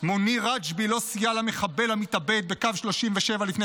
מוניר רג'בי לא סייע למחבל המתאבד בקו 37 לפני